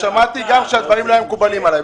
שמעתי גם כשהדברים לא היו מקובלים עליי.